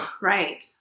Right